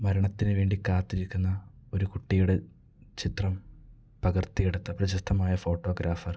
മരണത്തിന് വേണ്ടി കാത്തിരിക്കുന്ന ഒരു കുട്ടിയുടെ ചിത്രം പകർത്തിയെടുത്ത പ്രശസ്തനായ ഫോട്ടോഗ്രാഫർ